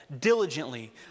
diligently